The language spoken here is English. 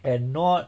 and not